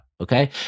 okay